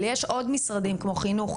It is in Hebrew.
אבל יש עוד משרדים כמו חינוך,